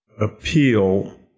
appeal